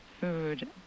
food